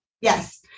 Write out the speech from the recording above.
Yes